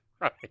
right